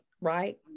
right